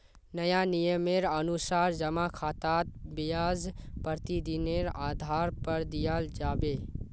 नया नियमेर अनुसार जमा खातात ब्याज प्रतिदिनेर आधार पर दियाल जाबे